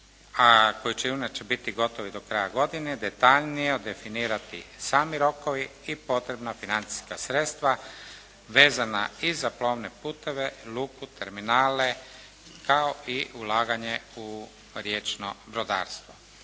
koji će inače biti gotovi do kraja godine, detaljnije definirati sami rokovi i potrebna financijska sredstva vezana i za plovne puteve, luku, terminale kao i ulaganje u riječno brodarstvo.